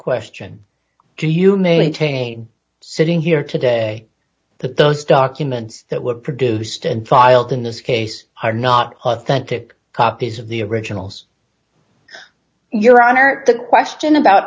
question do you maintain sitting here today that those documents that were produced and filed in this case are not authentic copies of the originals your honor the question about